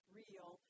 real